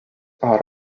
are